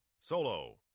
Solo